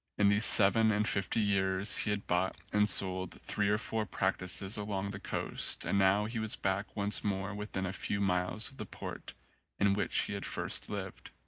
in these seven and fifty years he had bought and sold three or four practices along the coast and now he was back once more within a few miles of the port in which he had first lived.